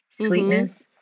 sweetness